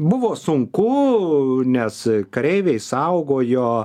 buvo sunku nes kareiviai saugojo